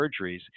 surgeries